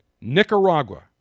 Nicaragua